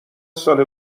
ساله